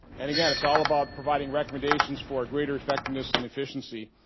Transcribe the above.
and again, it's all about providing recommendations for greater effectiveness and efficiency.